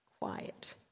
Quiet